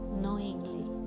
knowingly